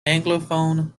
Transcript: anglophone